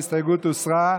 ההסתייגות הוסרה.